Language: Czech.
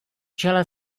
čele